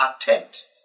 attempt